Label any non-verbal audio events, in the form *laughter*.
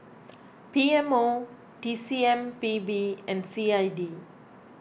*noise* P M O T C M P B and C I D